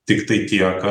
tiktai tiek kad nu